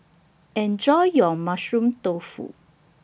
Enjoy your Mushroom Tofu